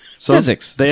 Physics